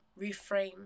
reframe